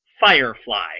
Firefly